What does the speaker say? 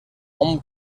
hom